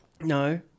No